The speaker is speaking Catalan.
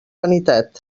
vanitat